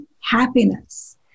Happiness